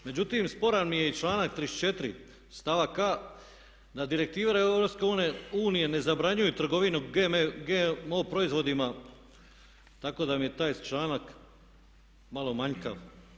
Međutim, sporan mi je i članak 34. stavak a. Na direktive EU ne zabranjuju trgovinu GMO proizvodima tako da mi je taj članak malo manjkav.